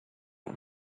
war